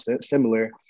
similar